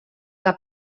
que